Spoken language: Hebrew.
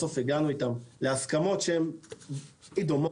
בסוף הגענו איתם להסכמות שהם די דומות,